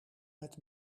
met